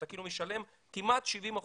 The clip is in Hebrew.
אתה משלם כמעט 70%,